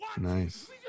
Nice